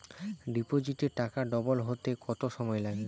ডিপোজিটে টাকা ডবল হতে কত সময় লাগে?